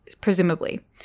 presumably